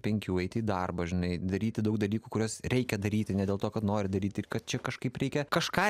penkių eiti į darbą žinai daryti daug dalykų kuriuos reikia daryti ne dėl to kad nori daryti ir kad čia kažkaip reikia kažką